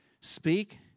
Speak